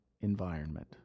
environment